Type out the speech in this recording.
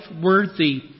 worthy